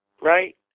right